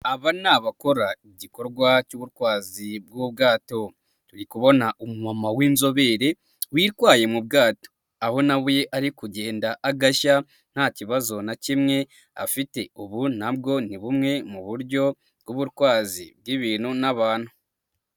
Aba ni abakora igikorwa cy'ubutwazi bw'ubwato, turi kubona umuma w'inzobere witwaye mu bwato, aho ari kugenda agashya nta kibazo na kimwe afite. Ubu nabwo ni bumwe mu buryo bw'ubutwazi bw'ibintu n'abantu.